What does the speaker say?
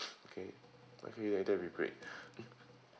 okay okay ya that'll be great mm